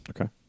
Okay